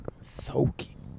Soaking